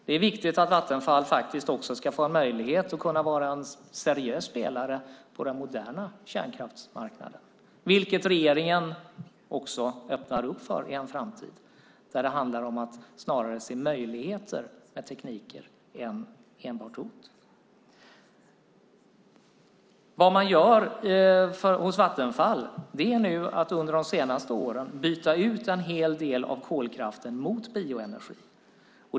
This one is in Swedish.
Det är också viktigt att Vattenfall får möjlighet att vara en seriös spelare på den moderna kärnkraftsmarknaden, vilket regeringen öppnar upp för i en framtid där det snarare handlar om att se möjligheter med teknik än enbart hot. Vattenfall har under de senaste åren bytt ut en hel del av kolkraften mot bioenergi.